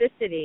toxicity